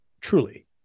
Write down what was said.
truly